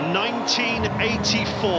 1984